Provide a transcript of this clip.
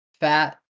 Fat